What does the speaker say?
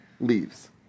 leaves